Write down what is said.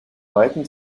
weiten